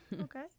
Okay